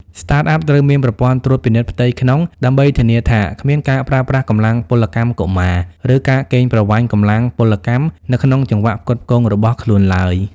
Startup ត្រូវមានប្រព័ន្ធត្រួតពិនិត្យផ្ទៃក្នុង ដើម្បីធានាថាគ្មានការប្រើប្រាស់កម្លាំងពលកម្មកុមារ ឬការកេងប្រវ័ញ្ចកម្លាំងពលកម្មនៅក្នុងចង្វាក់ផ្គត់ផ្គង់របស់ខ្លួនឡើយ។